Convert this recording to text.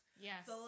Yes